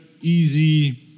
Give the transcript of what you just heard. easy